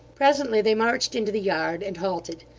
presently, they marched into the yard, and halted.